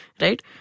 Right